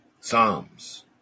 Psalms